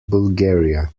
bulgaria